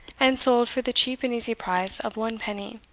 and sold for the cheap and easy price of one penny,